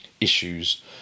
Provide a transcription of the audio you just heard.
issues